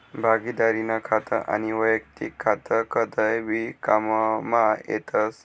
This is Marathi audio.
भागिदारीनं खातं आनी वैयक्तिक खातं कदय भी काममा येतस